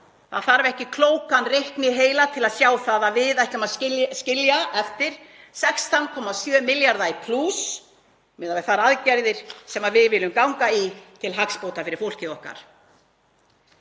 það þarf ekki klókan reikniheila til að sjá að við ætlum að skilja eftir 16,7 milljarða í plús miðað við þær aðgerðir sem við viljum ganga í til hagsbóta fyrir fólkið okkar.